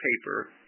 paper